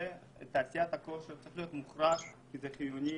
שתעשיית הכושר צריכה להיות מוחרגת כי היא חיונית.